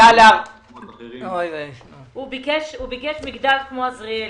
הוא ביקש מגדל כמו עזריאלי.